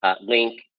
Link